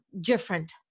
different